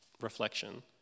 reflection